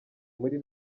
muri